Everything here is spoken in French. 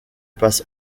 passe